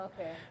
Okay